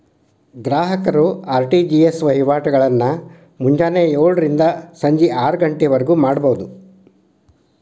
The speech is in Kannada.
ಗ್ರಾಹಕರು ಆರ್.ಟಿ.ಜಿ.ಎಸ್ ವಹಿವಾಟಗಳನ್ನ ಮುಂಜಾನೆ ಯೋಳರಿಂದ ಸಂಜಿ ಆರಗಂಟಿವರ್ಗು ಮಾಡಬೋದು